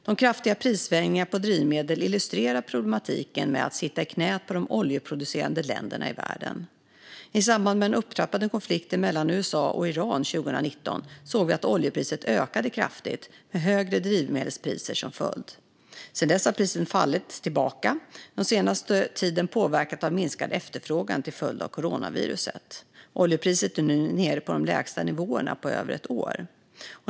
De kraftiga prissvängningarna på drivmedel illustrerar problematiken med att sitta i knät på de oljeproducerande länderna i världen. I samband med den upptrappade konflikten mellan USA och Iran 2019 såg vi att oljepriset ökade kraftigt, med högre drivmedelspriser som följd. Sedan dess har priset fallit tillbaka, den senaste tiden påverkat av minskad efterfrågan till följd av coronaviruset. Oljepriset är nu nere på de lägsta nivåerna på över ett år.